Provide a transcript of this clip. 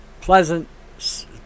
pleasant